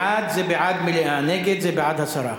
בעד, זה בעד מליאה, ונגד, זה בעד הסרה.